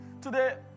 Today